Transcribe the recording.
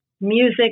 music